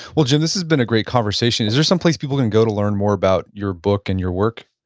well, jim, this has been a great conversation. is there some place people can go to learn more about your book and your work?